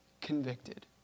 convicted